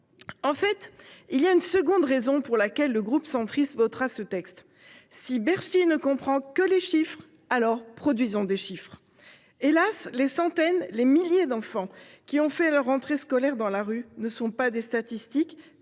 De fait, une seconde raison explique pourquoi le groupe Union Centriste votera ce texte. Si Bercy ne comprend que les chiffres, alors produisons des chiffres ! Hélas ! les centaines et les milliers d’enfants qui ont fait leur rentrée scolaire dans la rue ne sont pas des statistiques.